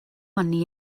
money